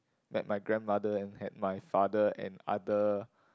met my grandmother and had my father and other